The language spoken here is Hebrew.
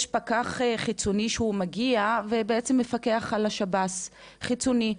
יש פקח חיצוני שמגיע והוא בעצם על השב"ס, חיצוני,